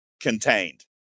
contained